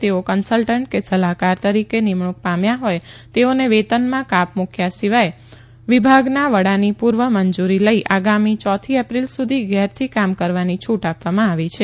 તેઓ કન્સલટન્ટ કે સલાહકાર તરીકે નિમણુંક પામ્યા હોય તેઓને વેતનમાં કાપ મુકયા સિવાય વિભાગના વડાની પુર્વ મંજુરી લઇ આગામી ચોથી એપ્રિલ સુધી ઘેરથી કામ કરવાની છુટ આપવામાં આવી છે